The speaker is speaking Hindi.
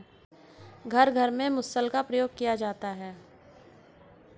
घर घर में मुसल का प्रयोग किया जाता है